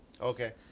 Okay